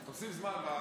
תוסיף זמן.